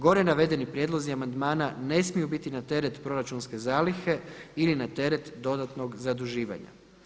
Gore navedeni prijedlozi amandmana ne smiju biti na teret proračunske zalihe ili na teret dodatnog zaduživanja.